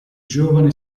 giovane